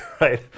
right